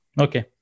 Okay